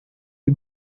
you